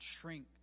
shrink